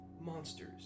monsters